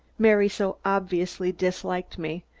mary so obviously disliked me,